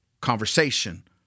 conversation